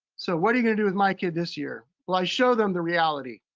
so what are you gonna do with my kid this year? well i show them the reality.